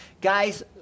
Guys